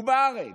הוא בארץ.